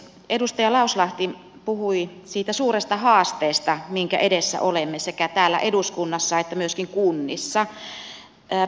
edustaja lauslahti puhui siitä suuresta haasteesta minkä edessä olemme sekä täällä eduskunnassa että myöskin kunnissa